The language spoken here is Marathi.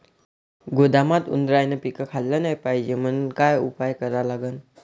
गोदामात उंदरायनं पीक खाल्लं नाही पायजे म्हनून का उपाय करा लागन?